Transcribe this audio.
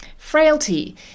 frailty